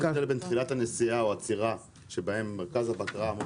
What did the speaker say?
יש הבדל בין תחילת הנסיעה או עצירה בהם מרכז הבקרה אמור